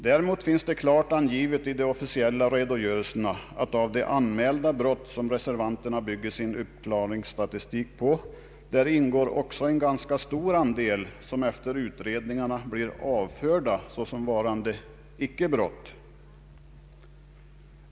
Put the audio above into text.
Däremot finns det klart angivet i de officiella redogörelserna att bland de anmälda brott, som reservanterna bygger sin uppklaringsstatistik på, också ingår en ganska stor andel som efter utredning blir avförda såsom varande icke brott.